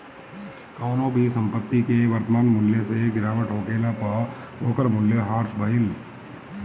कवनो भी संपत्ति के वर्तमान मूल्य से गिरावट होखला पअ ओकर मूल्य ह्रास भइल